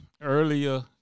earlier